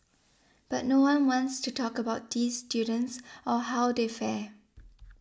but no one wants to talk about these students or how they fare